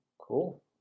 cool